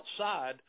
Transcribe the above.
outside